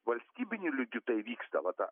valstybiniu lygiu tai vyksta va ta